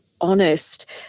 honest